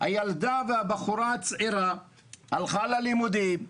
הילדה והבחורה הצעירה הלכה ללימודים,